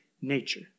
nature